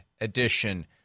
edition